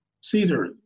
Caesar